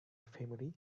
family